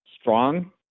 strong